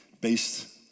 based